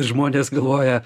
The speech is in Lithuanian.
žmonės galvoja